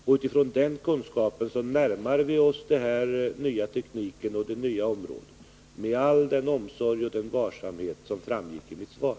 Med utgångspunkt i den kunskapen närmar vi oss den nya tekniken och det nya området med all omsorg och varsamhet, som framgick av mitt svar.